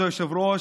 כבוד היושב-ראש,